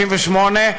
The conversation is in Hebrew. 1968,